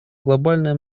глобальная